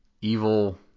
evil